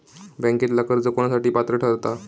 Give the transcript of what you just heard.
बँकेतला कर्ज कोणासाठी पात्र ठरता?